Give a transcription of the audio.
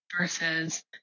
versus